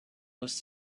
was